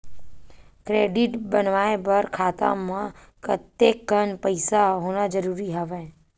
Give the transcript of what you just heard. Credit बनवाय बर खाता म कतेकन पईसा होना जरूरी हवय?